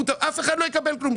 אף אחד לא יקבל כלום,